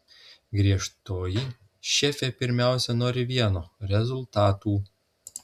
griežtoji šefė pirmiausia nori vieno rezultatų